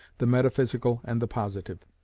the metaphysical and the positive,